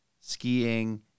skiing